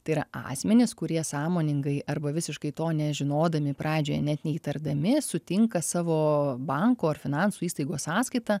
tai yra asmenys kurie sąmoningai arba visiškai to nežinodami pradžioje net neįtardami sutinka savo banko ar finansų įstaigos sąskaitą